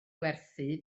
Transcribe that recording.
werthu